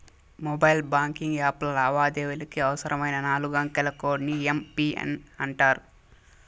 mobile banking యాప్ల లావాదేవీలకి అవసరమైన నాలుగంకెల కోడ్ ని ఎమ్.పిన్ అంటాండారు